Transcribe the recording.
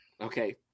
Okay